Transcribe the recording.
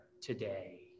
today